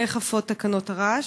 1. מדוע לא נאכפות תקנות הרעש?